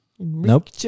Nope